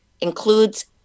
includes